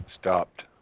Stopped